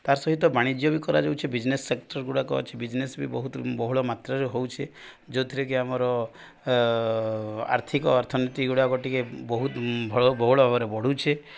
ତା' ସହିତ ବାଣିଜ୍ୟ ବି କରାଯାଉଚଛି ବିଜନେସ୍ ସେକ୍ଟରଗୁଡ଼ାକ ଅଛି ବିଜନେସ୍ ବି ବହୁତ ବହୁଳ ମାତ୍ରାରେ ହେଉଛି ଯେଉଁଥିରେକି ଆମର ଆର୍ଥିକ ଅର୍ଥନୀତି ଗୁଡ଼ାକ ଟିକେ ବହୁତ ବହୁଳ ଭାବରେ ବଢ଼ୁଛେ